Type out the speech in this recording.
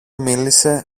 μίλησε